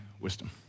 wisdom